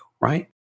right